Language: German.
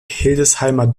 hildesheimer